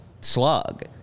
slug